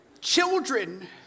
children